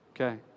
Okay